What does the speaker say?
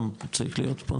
גם צריך להיות פה,